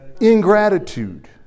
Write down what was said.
Ingratitude